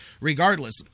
regardless